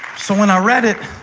so when i read it,